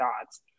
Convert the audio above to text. thoughts